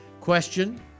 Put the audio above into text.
question